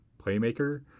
playmaker